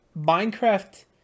minecraft